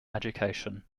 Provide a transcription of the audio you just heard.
education